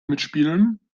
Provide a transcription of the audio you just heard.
mitspielen